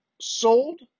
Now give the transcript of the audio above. sold